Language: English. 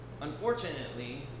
Unfortunately